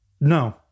No